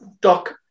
Doc